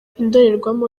indorerwamo